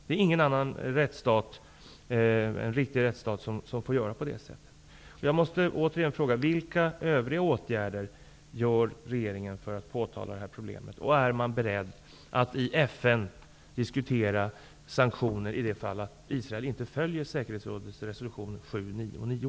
Det finns ingen annan riktig rättsstat som får göra på det sättet. Jag måste återigen fråga vilka övriga åtgärder regeringen vidtar för att lösa detta problem. Är man beredd att i FN diskutera sanktioner i det fall att Israel inte följer säkerhetsrådets resolution 799?